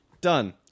done